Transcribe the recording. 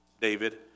David